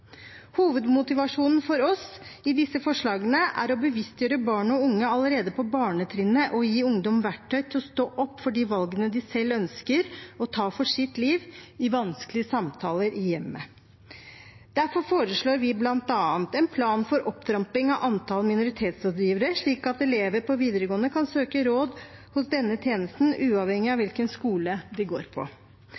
bevisstgjøre barn og unge allerede på barnetrinnet, og gi ungdom verktøy til å stå opp for de valgene de selv ønsker å ta for sitt liv i vanskelige samtaler i hjemmet. Derfor foreslår vi bl.a. en plan for opptrapping av antall minoritetsrådgivere, slik at elever på videregående kan søke råd hos denne tjenesten uavhengig av